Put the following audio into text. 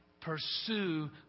pursue